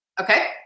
Okay